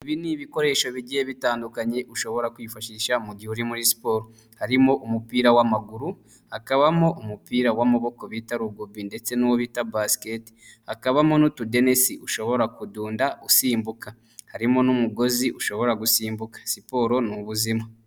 Ibi ni ibikoresho bigiye bitandukanye, ushobora kwifashisha mu gihe uri muri siporo. Harimo umupira w'amaguru, hakabamo umupira w'amaboko bita rugubi ndetse n'uwo bita basikete, hakabamo n'utudenesi, ushobora kudunda, usimbuka, harimo n'umugozi ushobora gusimbuka, siporo ni ubuzima.